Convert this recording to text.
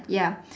ya